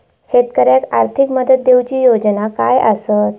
शेतकऱ्याक आर्थिक मदत देऊची योजना काय आसत?